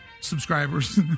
subscribers